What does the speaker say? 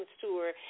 tour